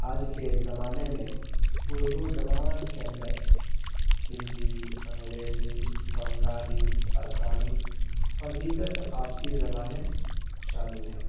آج کے زمانے میں اردو زبان کے اندر ہندی انگریزی بنگالی آسامی اور دیگر ثقافتی زبانیں شامل ہیں